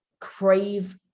crave